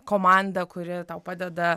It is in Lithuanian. komandą kuri tau padeda